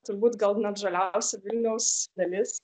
turbūt gal net žaliausia vilniaus dalis